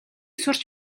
сурч